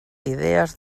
idees